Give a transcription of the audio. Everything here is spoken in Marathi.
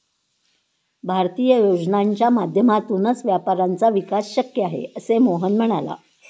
भारतीय योजनांच्या माध्यमातूनच व्यापाऱ्यांचा विकास शक्य आहे, असे मोहन म्हणाला